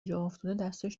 جاافتاده، دستش